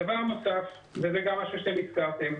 דבר שני, וזה גם דבר שאתם הזכרתם,